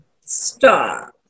Stop